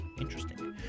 Interesting